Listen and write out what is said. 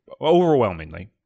overwhelmingly